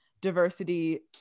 diversity